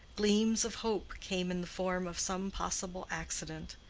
gleams of hope came in the form of some possible accident.